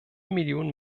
millionen